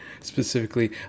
specifically